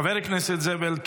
חרבות ברזל) (מצב חירום כליאתי)